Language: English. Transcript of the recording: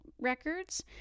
records